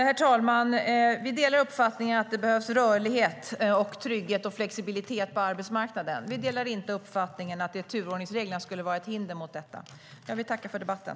Herr talman! Vi delar uppfattningen att det behövs rörlighet, trygghet och flexibilitet på arbetsmarknaden. Vi delar inte uppfattningen att turordningsreglerna skulle vara ett hinder mot detta. Jag vill tacka för debatten.